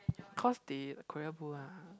cause they Korea blue ah